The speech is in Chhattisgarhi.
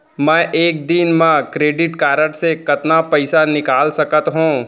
मैं एक दिन म क्रेडिट कारड से कतना पइसा निकाल सकत हो?